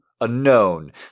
unknown